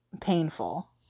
painful